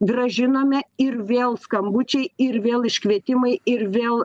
grąžinome ir vėl skambučiai ir vėl iškvietimai ir vėl